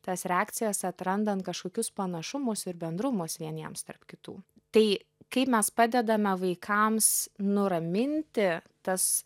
tas reakcijas atrandant kažkokius panašumus ir bendrumus vieniems tarp kitų tai kaip mes padedame vaikams nuraminti tas